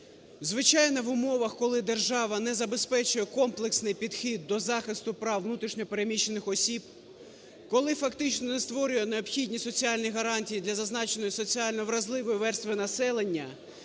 Звичайно, в умовах, коли держава не забезпечує комплексний підхід до захисту прав внутрішньо переміщених осіб, коли фактично не створює необхідні соціальні гарантії для зазначеної, соціально вразливої верстви населення,